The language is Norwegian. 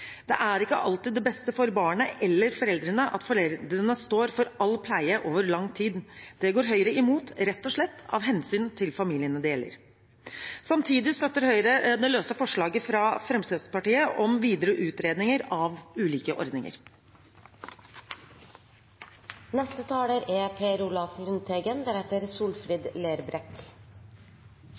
Det er ikke alltid det beste for barnet eller foreldrene at foreldrene står for all pleie over lang tid. Det går Høyre imot, rett og slett av hensyn til familiene det gjelder. Samtidig støtter Høyre forslagene fra Fremskrittspartiet om videre utredninger av ulike ordninger. Jeg vil takke forslagsstillerne fra SV som har fremmet saken. Det har engasjert mange. Pleiepenger er